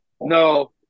No